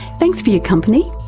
thanks for your company.